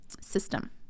system